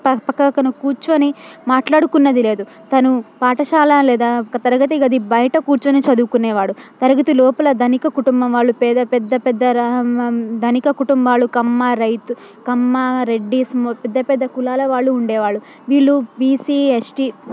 ప్రక్క ప్రక్కన కూర్చొని మాట్లాడుకున్నది లేదు తను పాఠశాల లేదా తరగతి గది బయట కూర్చొని చదువుకునేవాడు తరగతి లోపల ధనిక కుటుంబం వాళ్ళు పేద పెద్ద పెద్ద రహం రహం ధనిక కుటుంబాలు కమ్మ రైతు కమ్మ రెడ్డి స్ము పెద్ద పెద్ద కులాల వాళ్ళు ఉండేవాళ్ళు వీళ్ళు బీసీ ఎస్టీ